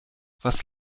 was